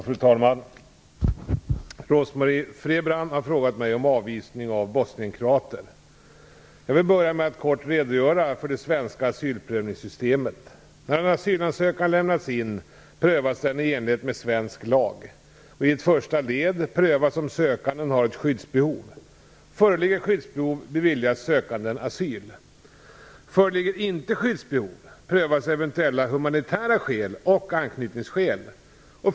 Fru talman! Rose-Marie Frebran har frågat mig om avvisning av bosnienkroater. Jag vill börja med att kort redogöra för det svenska asylprövningssystemet. När en asylansökan lämnats in prövas den i enlighet med svensk lag. I ett första led prövas om sökanden har ett skyddsbehov. Föreligger skyddsbehov beviljas sökanden asyl. Föreligger inte skyddsbehov prövas eventuella humanitära skäl och anknytningsskäl.